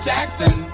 Jackson